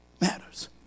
matters